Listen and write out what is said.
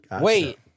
Wait